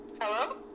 Hello